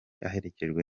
aherekejwe